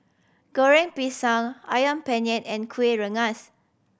Goreng Pisang Ayam Penyet and Kueh Rengas